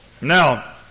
Now